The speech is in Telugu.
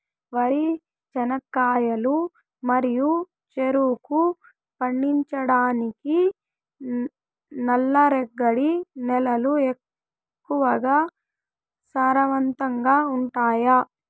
వరి, చెనక్కాయలు మరియు చెరుకు పండించటానికి నల్లరేగడి నేలలు ఎక్కువగా సారవంతంగా ఉంటాయా?